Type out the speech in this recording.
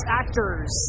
actors